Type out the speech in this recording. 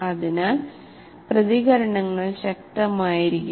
അതിനാൽ പ്രതികരണങ്ങൾ ശക്തമായിരിക്കും